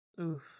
Oof